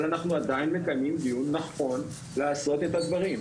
אבל אנחנו עדיין מקיימים דיון נכון לעשות את הדברים.